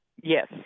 Yes